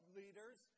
leaders